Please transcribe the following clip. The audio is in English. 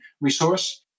resource